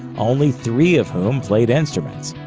only three of whom played instruments.